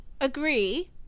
agree